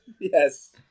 yes